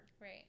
right